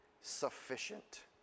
sufficient